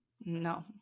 No